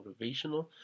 motivational